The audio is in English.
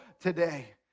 today